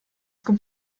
kommt